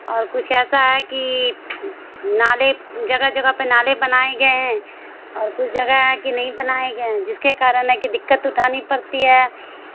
اور کچھ ایسا ہے کہ نالے جگہ جگہ پہ نالے بنائے گئے ہیں اور کچھ جگہ ہے کہ نہیں بنائے گئے جس کے کارن ہے کہ دقت اٹھانی پڑتی ہے